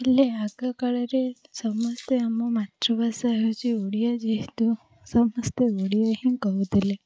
ହେଲେ ଆଗ କାଳରେ ସମସ୍ତେ ଆମ ମାତୃଭାଷା ହେଉଛି ଓଡ଼ିଆ ଯେହେତୁ ସମସ୍ତେ ଓଡ଼ିଆ ହିଁ କହୁଥିଲେ